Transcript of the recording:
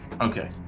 Okay